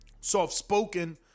soft-spoken